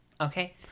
Okay